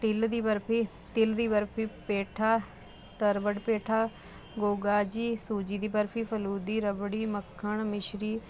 ਤਿਲ ਦੀ ਬਰਫੀ ਤਿਲ ਦੀ ਬਰਫੀ ਪੇਠਾ ਤਰਵਰਟ ਪੇਠਾ ਗੋਗਾ ਜੀ ਸੂਜੀ ਦੀ ਬਰਫੀ ਫਲੂ ਦੀ ਰਬੜੀ ਮੱਖਣ ਮਿਸ਼ਰੀ